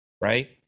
right